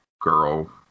girl